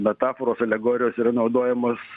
metaforos alegorijos yra naudojamos